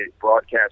broadcast